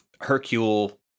Hercule